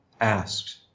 asked